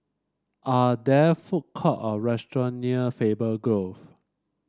are there food court or restaurant near Faber Grove